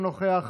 אינו נוכח,